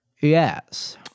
Yes